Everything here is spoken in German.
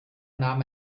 nahm